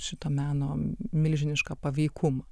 šito meno milžinišką paveikumą